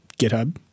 GitHub